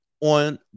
on